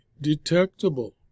detectable